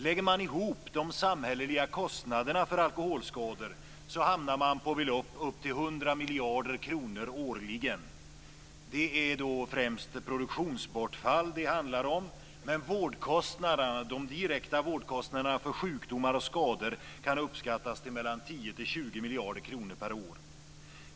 Lägger man ihop de samhälleliga kostnaderna för alkoholskador hamnar man på belopp på upp till 100 miljarder kronor årligen. Det är främst produktionsbortfall det handlar om, men de direkta vårdkostnaderna för sjukdomar och skador kan uppskattas till 10-20 miljarder kronor per år.